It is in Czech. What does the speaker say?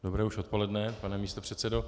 Dobré už odpoledne, pane místopředsedo.